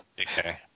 Okay